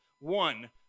One